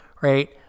right